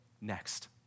next